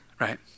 Right